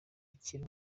akiri